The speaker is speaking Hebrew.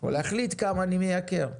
או להחליט כמה אני מייקר.